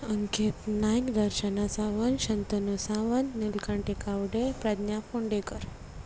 Ankit Naik Darshana Sawant Shantanu Sawant Nilkanth Gawade Pragya Phondekar